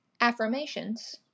affirmations